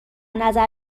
نظر